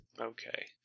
Okay